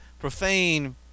profane